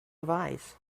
advise